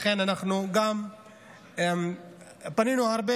לכן אנחנו גם פנינו הרבה,